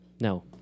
No